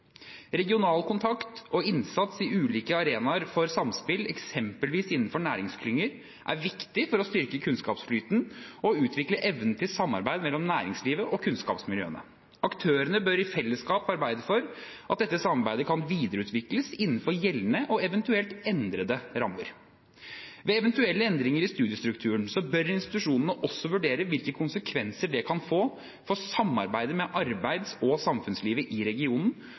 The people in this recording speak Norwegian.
Regional kontakt og innsats i ulike arenaer for samspill, eksempelvis innenfor næringsklynger, er viktig for å styrke kunnskapsflyten og utvikle evnen til samarbeid mellom næringslivet og kunnskapsmiljøene. Aktørene bør i fellesskap arbeide for at dette samarbeidet kan videreutvikles innenfor gjeldende og eventuelt endrede rammer. Ved eventuelle endringer i studiestedsstrukturen bør institusjonene også vurdere hvilke konsekvenser det kan få for samarbeidet med arbeids- og samfunnslivet i regionen,